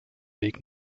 weg